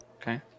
Okay